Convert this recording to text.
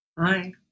Hi